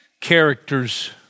characters